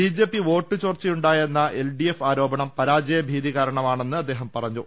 B J P vote ചോർച്ചയുണ്ടായെന്ന L D F ആരോപണം പരാജയ ഭീതി കാരണമാണെന്ന് അദ്ദേഹം പറഞ്ഞു